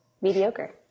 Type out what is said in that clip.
mediocre